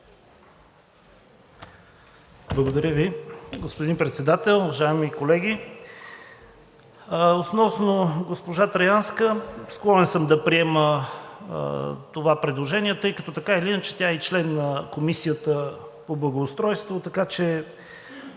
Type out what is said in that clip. Благодаря Ви. Господин Председател, уважаеми колеги! Основно от госпожа Траянска съм склонен да приема това предложение, тъй като така или иначе тя е и член на Комисията по благоустройство, така че,